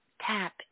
tap